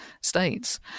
states